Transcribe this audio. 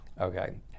okay